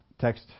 Text